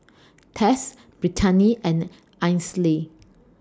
Tess Brittani and Ainsley